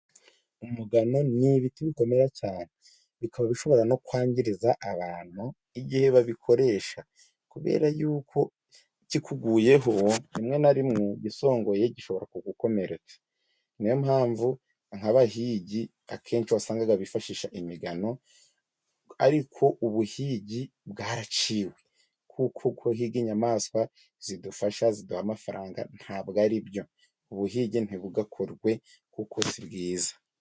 Imigano n'ibiti bikomera cyane bikaba bishobora no kwangiriza abantu, igihe babikoresha kubera yuko kikuguyeho rimwe na rimwe igisongoye gishobora gukomeretsa, niyo mpamvu nk'abahigi akenshi wasangaga bifashisha imigano. Ariko ubuhigi bwaracyiwe kuko gihiga inyamaswa zidufasha ziduha amafaranga ntabwo aribyo, ubuhige ntibugakorwe kuko si bwiza.